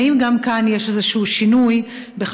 האם גם כאן יש שינוי כלשהו,